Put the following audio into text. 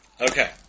Okay